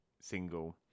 single